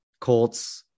Colts